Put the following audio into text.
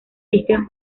visten